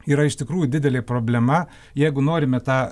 yra iš tikrųjų didelė problema jeigu norime tą